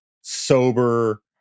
sober